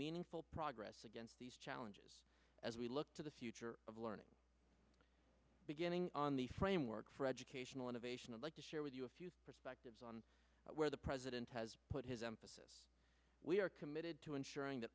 meaningful progress against these challenges as we look to the future of learning beginning on the framework for educational innovation and like to share with you a few perspectives on where the president has put his emphasis we are committed to ensuring that